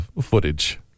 footage